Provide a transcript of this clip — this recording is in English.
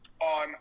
on